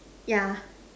yeah